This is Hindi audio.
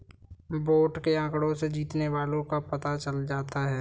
वोट के आंकड़ों से जीतने वाले का पता चल जाता है